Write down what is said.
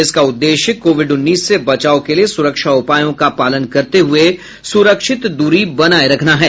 इसका उद्देश्य कोविड उन्नीस से बचाव के लिए सुरक्षा उपायों का पालन करते हुए सुरक्षित दूरी बनाए रखना है